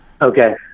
Okay